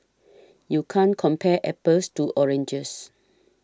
you can't compare apples to oranges